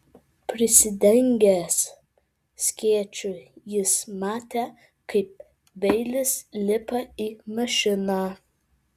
prisidengęs skėčiu jis matė kaip beilis lipa į mašiną